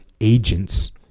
agents